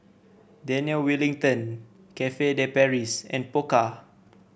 Daniel Wellington Cafe De Paris and Pokka